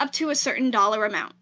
up to a certain dollar amount.